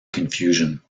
confusion